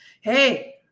hey